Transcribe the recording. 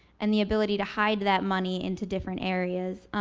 and the ability to hide that money into different areas.